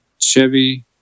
Chevy